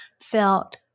felt